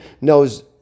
knows